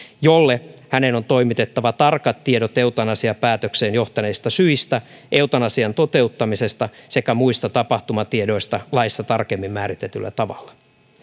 jolle hänen on toimitettava tarkat tiedot eutanasiapäätökseen johtaneista syistä eutanasian toteuttamisesta sekä muista tapahtumatiedoista laissa tarkemmin määritetyllä tavalla